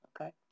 Okay